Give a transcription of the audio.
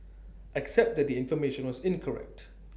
except that the information was incorrect